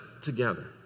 together